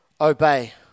obey